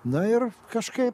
na ir kažkaip